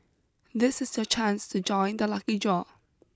this is the chance to join the lucky draw